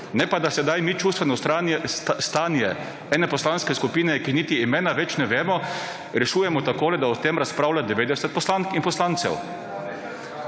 ne pa, da sedaj mi čustveno stanje ene poslanske skupine, ki ji niti imena več ne vemo rešujemo tako, da o tem razpravlja 90 poslank in poslancev.